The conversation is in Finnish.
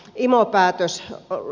ilo päätös jolla